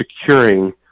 securing